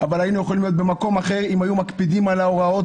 היינו יכולים להיות במקום אחר אם היו מקפידים על ההוראות